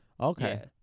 Okay